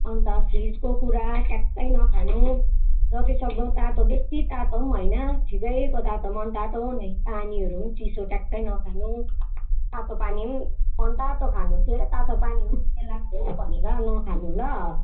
अन्त फ्रिजको ट्याक्कै नखानु जति सक्दो तातो बेसी तातो पनि होइन ठिकैको तातो मन तातो पानीहरू पनि चिसो ट्याक्कै नखानु तातो पानी पनि मन तातो खानु तातो पानी हो सेलाएको हो भनेर नखानु ल